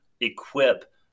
equip